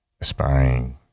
aspiring